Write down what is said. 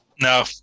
No